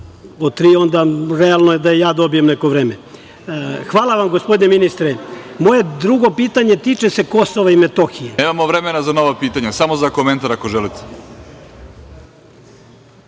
od tri, onda realno je da i ja dobijem neko vreme. Hvala vam gospodine ministre. Moje drugo pitanje tiče se Kosova i Metohije… **Vladimir Orlić** Nemamo vremena za nova pitanja, samo za komentar ako želite.